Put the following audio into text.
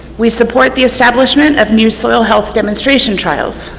we support the establishment of new soil health demonstration tile. so